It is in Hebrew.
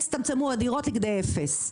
יצטמצמו הדירות לכדי אפס.